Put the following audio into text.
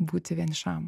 būti vienišam